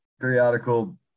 periodical